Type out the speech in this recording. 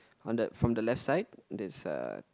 on the from the left side there's a